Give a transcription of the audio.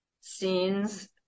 scenes